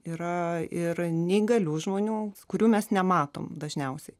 yra ir neįgalių žmonių kurių mes nematom dažniausiai